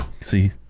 See